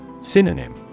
Synonym